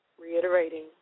Reiterating